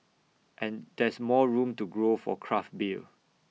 and there's more room to grow for craft beer